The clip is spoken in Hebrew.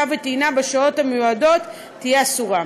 ולטעינה בשעות המיועדות לפריקה ולטעינה תהיה אסורה.